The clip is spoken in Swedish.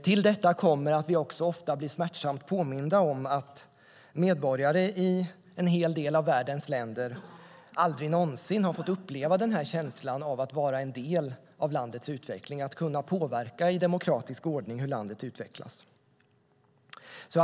Till detta kommer att vi också ofta blir smärtsamt påminda om att medborgare i en hel del av världens länder aldrig någonsin har fått uppleva den här känslan av att vara en del av landets utveckling och kunna påverka hur landet utvecklas i demokratisk ordning.